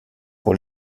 pour